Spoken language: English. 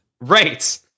Right